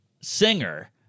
singer